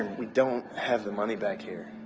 we don't have the money back here.